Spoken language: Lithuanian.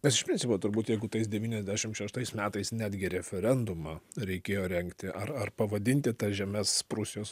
nes iš principo turbūt jeigu tais devyniasdešim šeštais metais netgi referendumą reikėjo rengti ar ar pavadinti tas žemes prūsijos